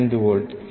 5 volt